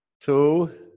two